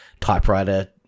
typewriter